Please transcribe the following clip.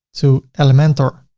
to elementor.